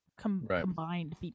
combined